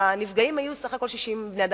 הנפגעים היו בסך הכול 60 בני-אדם.